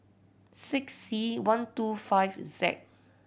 six C one two five Z